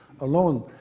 alone